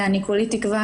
כולי תקווה